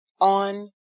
On